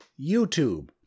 youtube